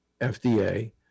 FDA